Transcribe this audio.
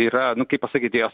yra nu kaip pasakyt jos